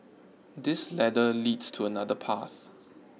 this ladder leads to another path